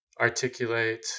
articulate